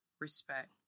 respect